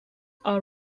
are